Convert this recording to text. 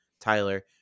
Tyler